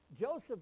Joseph